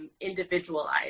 individualized